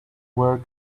work